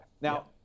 now